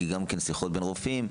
גם שיחות בין רופאים,